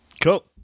Cool